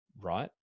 right